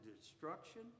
destruction